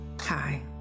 Hi